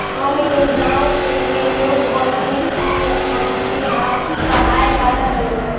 हम योजनाओ के लिए योग्य बानी ई हमके कहाँसे पता चली?